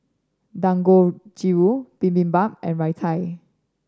Dangojiru Bibimbap and Raita